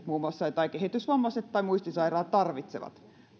muun muassa ne ikäihmiset tai kehitysvammaiset tai muistisairaat tarvitsevat